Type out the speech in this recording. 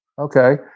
Okay